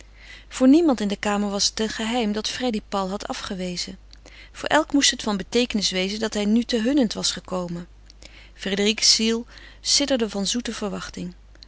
voor niemand in de kamer was het een geheim dat freddy paul had afgewezen voor elk moest het van beteekenis wezen dat hij nu ten hunnent was gekomen frédérique's ziel sidderde van zoete verwachting